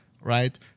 right